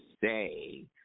say